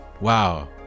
wow